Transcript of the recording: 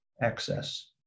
access